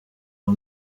uwo